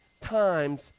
times